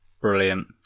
Brilliant